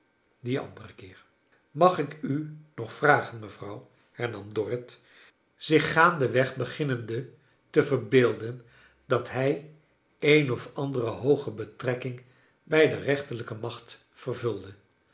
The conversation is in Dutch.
dien anderen keer mag ik u nog vragen mevrouw hernam dorrit zich gaandeweg beginnende te verbeelden dat hij een of andere hooge betrekking bij de rechterlijke macht vervulde